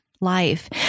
life